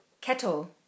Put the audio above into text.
kettle